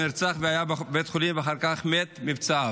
הוא נרצח, היה בבית חולים ואחר כך מת מפצעיו.